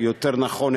יותר נכון,